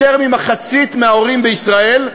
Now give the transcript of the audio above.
יותר ממחצית מההורים בישראל,